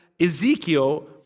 Ezekiel